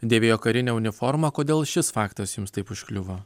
dėvėjo karinę uniformą kodėl šis faktas jums taip užkliuvo